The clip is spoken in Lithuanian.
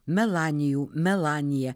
melanijų melaniją